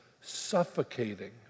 suffocating